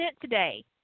today